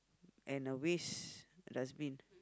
and the waste dustbin